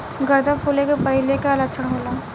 गर्दन फुले के पहिले के का लक्षण होला?